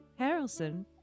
Harrelson